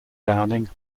downing